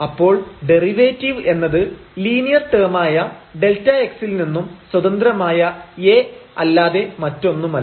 അപ്പോൾ ഡെറിവേറ്റീവ് എന്നത് ലീനിയർ ടേമായ Δx ൽ നിന്നും സ്വതന്ത്രമായ A അല്ലാതെ മറ്റൊന്നുമല്ല